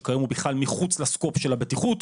שכיום הוא בכלל מחוץ לסקופ של הבטיחות,